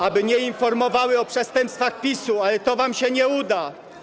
aby nie informowały o przestępstwach PiS-u, ale to wam się nie uda.